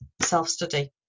self-study